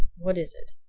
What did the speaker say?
what is it?